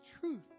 truth